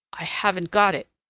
i haven't got it.